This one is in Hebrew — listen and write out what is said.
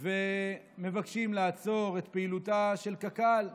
ומבקשים לעצור את פעילותה של קק"ל,